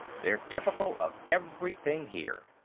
they're typical of everything here.